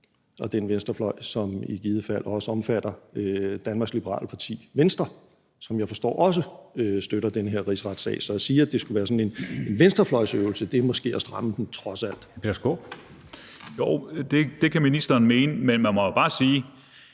og den venstrefløj, som i givet fald også omfatter Venstre, Danmarks Liberale Parti, som jeg også forstår støtter den her rigsretssag. Så at sige, at det skulle være sådan en venstrefløjsøvelse, er måske trods alt